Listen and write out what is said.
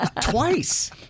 twice